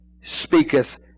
speaketh